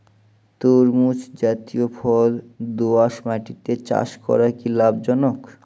তরমুজ জাতিয় ফল দোঁয়াশ মাটিতে চাষ করা কি লাভজনক?